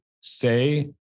say